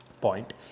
point